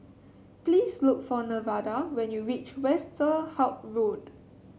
please look for Nevada when you reach Westerhout Road